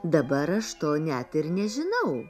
dabar aš to net ir nežinau